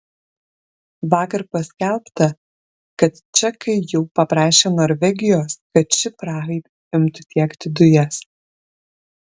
vakar paskelbta kad čekai jau paprašė norvegijos kad ši prahai imtų tiekti dujas